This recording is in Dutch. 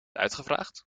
uitgevraagd